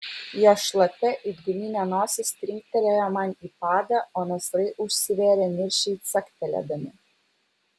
jo šlapia it guminė nosis trinktelėjo man į padą o nasrai užsivėrė niršiai caktelėdami